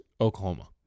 Oklahoma